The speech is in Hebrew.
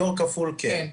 כיור כפול כן.